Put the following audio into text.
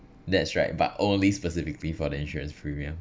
that's right but only specifically for the insurance premium